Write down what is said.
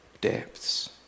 depths